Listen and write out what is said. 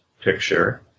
picture